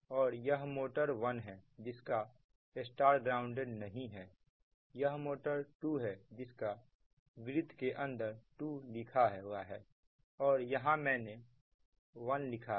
और यह मोटर 1 है जिसका स्टार ग्राउंडेड नहीं है यह मोटर 2 है जिसके वृत्त के अंदर 2 लिखा हुआ है और यहां भी मैंने 1 लिखा है